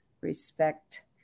respect